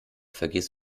vergiss